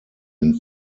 den